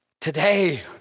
today